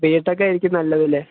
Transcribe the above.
BTech ആയിരിക്കും നല്ലതല്ലേ